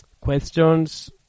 questions